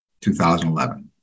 2011